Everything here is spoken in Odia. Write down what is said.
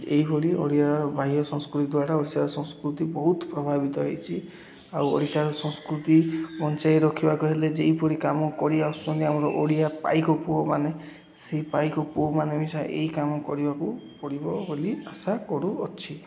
ଏହିଭଳି ଓଡ଼ିଆ ବାହ୍ୟ ସଂସ୍କୃତି ଦ୍ୱାରା ଓଡ଼ିଶାର ସଂସ୍କୃତି ବହୁତ ପ୍ରଭାବିତ ହୋଇଛି ଆଉ ଓଡ଼ିଶାର ସଂସ୍କୃତି ବଞ୍ଚାଇ ରଖିବାକୁ ହେଲେ ଯେପରି କାମ କରି ଆସୁଛନ୍ତି ଆମର ଓଡ଼ିଆ ପାଇକ ପୁଅମାନେ ସେଇ ପାଇକ ପୁଅମାନେ ଏଇ କାମ କରିବାକୁ ପଡ଼ିବ ବୋଲି ଆଶା କରୁଅଛି